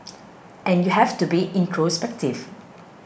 and you have to be introspective